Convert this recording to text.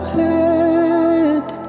head